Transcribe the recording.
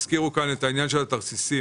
הזכירו פה את העניין של התרסיסים.